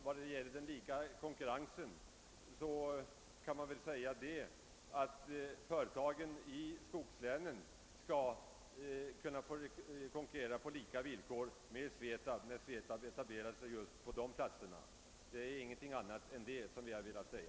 Vad beträffar konkurrensen på lika villkor kan man väl säga att företagen i skogslänen skall kunna få konkurrera på lika villkor med SVETAB och etablera sig just på de platserna. Det är ingenting annat än det som vi har velat säga.